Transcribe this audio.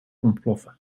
ontploffen